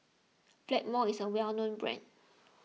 Blackmores is a well known brand